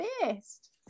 best